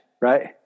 right